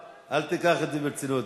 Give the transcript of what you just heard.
ואני יכול להיבחר לראש הממשלה.